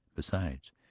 besides,